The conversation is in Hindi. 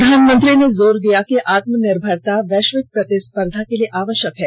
प्रधानमंत्री ने जोर दिया कि आत्मनिर्भरता वैश्विक प्रतिस्पर्धा के लिए आवश्यक है